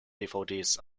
dvds